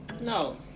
No